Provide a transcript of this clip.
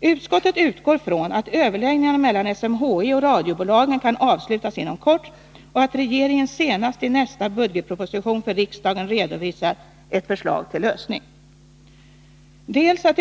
Utskottet utgår från att överläggningarna mellan SMHI och radiobolagen kan avslutas inom kort och att regeringen senast i nästa budgetproposition för riksdagen redovisar ett förslag till lösning.